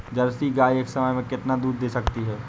Jersey गाय एक समय में कितना दूध दे सकती है?